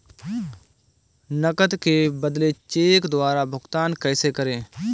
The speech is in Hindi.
नकद के बदले चेक द्वारा भुगतान कैसे करें?